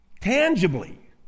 Tangibly